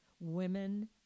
women